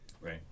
Right